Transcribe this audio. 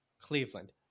Cleveland